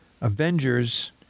Avengers